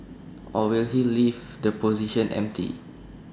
or will he leave the position empty